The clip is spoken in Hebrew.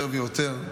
יותר ויותר.